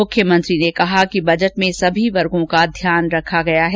मुख्यमंत्री ने कहा कि बजट में सभी वर्गों का ध्यान रखा गया है